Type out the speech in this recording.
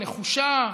נחושה,